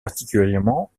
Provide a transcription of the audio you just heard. particulièrement